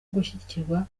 gushyigikirwa